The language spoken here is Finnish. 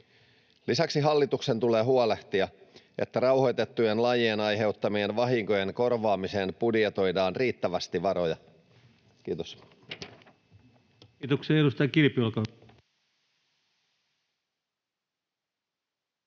Lisäksi hallituksen tulee huolehtia, että rauhoitettujen lajien aiheuttamien vahinkojen korvaamiseen budjetoidaan riittävästi varoja. — Kiitos. Kiitoksia. — Edustaja Kilpi, olkaa hyvä.